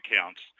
accounts